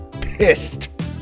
pissed